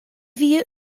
wie